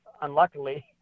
unluckily